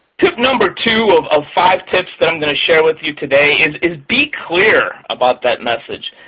tip number two of of five tips that i'm going to share with you today is is be clear about that message.